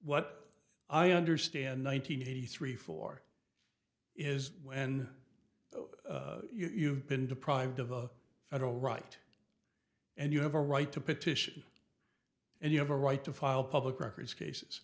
what i understand nine hundred eighty three four is when you've been deprived of a federal right and you have a right to petition and you have a right to file public records